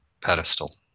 pedestal